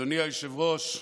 אדוני היושב-ראש,